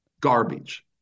garbage